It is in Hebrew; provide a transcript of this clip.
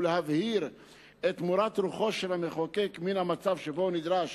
ולהבהיר את מורת רוחו של המחוקק מן המצב שבו הוא נדרש